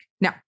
Now